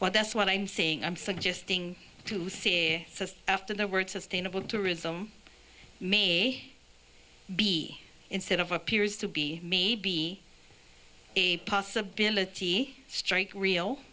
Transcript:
well that's what i'm saying i'm suggesting after the word sustainable tourism may be instead of appears to be maybe a possibility strike real